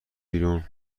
بیرون